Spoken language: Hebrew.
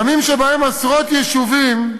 ימים שבהם עשרות יישובים,